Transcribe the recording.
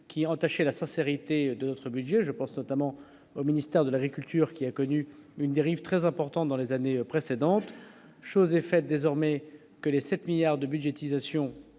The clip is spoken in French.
qui a entaché la sincérité de notre budget, je pense notamment au ministère de l'agriculture qui a connu une dérive très important dans les années précédentes, chose est faite désormais que les 7 milliards de budgétisation